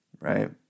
right